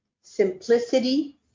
simplicity